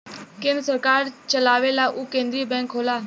केन्द्र सरकार चलावेला उ केन्द्रिय बैंक होला